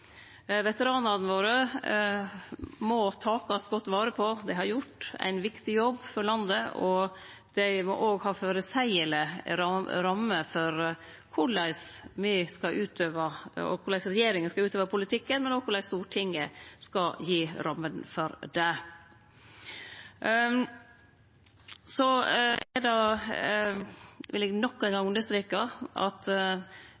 må takast godt vare på, dei har gjort ein viktig jobb for landet, og dei må ha føreseielege rammer for korleis regjeringa skal utøve politikken, men òg korleis Stortinget skal gi rammene for det. Så vil eg nok ein gong undersreke at